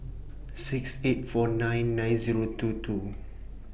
six eight four nine nine Zero two two